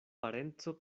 parenco